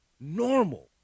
normal